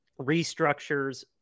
restructures